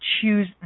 choose